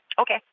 Okay